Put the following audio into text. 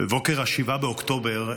בבוקר 7 באוקטובר,